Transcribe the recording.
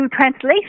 translation